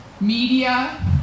media